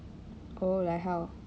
oh like how